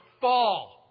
fall